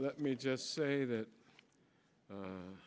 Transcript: let me just say that